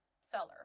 seller